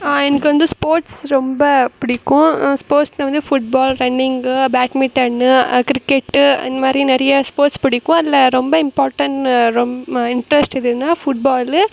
எனக்கு வந்து ஸ்போர்ட்ஸ் ரொம்ப பிடிக்கும் ஸ்போர்ட்ஸில் வந்து ஃபுட்பாள் ரன்னிங்கு பேட்மிட்டன்னு கிரிக்கெட்டு இந்தமாதிரி நிறையா ஸ்போர்ட்ஸ் பிடிக்கும் அதில் ரொம்ப இம்பார்ட்டண்ட் ரொம் இன்ட்ரெஸ்ட் எதுன்னா ஃபுட்பாளு